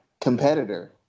competitor